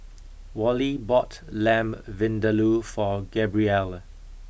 Wally bought Lamb Vindaloo for Gabrielle